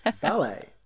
Ballet